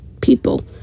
people